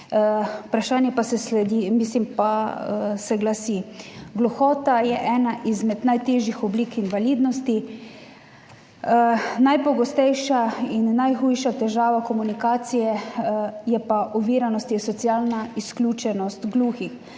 vprašanje pisno. Vprašanje pa se glasi: Gluhota je ena izmed najtežjih oblik invalidnosti. Najpogostejša in najhujša težava komunikacije, oviranosti je socialna izključenost gluhih,